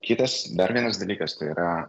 kitas dar vienas dalykas tai yra